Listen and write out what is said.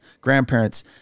grandparents